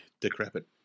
decrepit